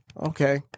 Okay